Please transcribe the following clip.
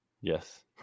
Yes